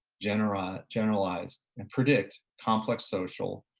generalized generalized and predict complex social,